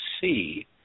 see